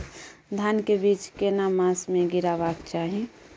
धान के बीज केना मास में गीराबक चाही?